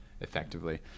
effectively